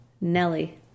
Nelly